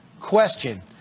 question